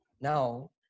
Now